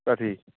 कथी